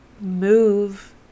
move